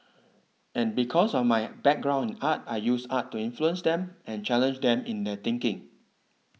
and because of my background in art I use art to influence them and challenge them in their thinking